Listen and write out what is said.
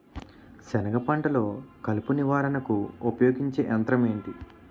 సెనగ పంటలో కలుపు నివారణకు ఉపయోగించే యంత్రం ఏంటి?